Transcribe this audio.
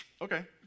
okay